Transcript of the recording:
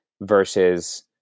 versus